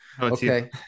okay